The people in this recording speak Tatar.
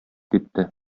китте